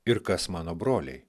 ir kas mano broliai